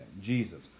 Jesus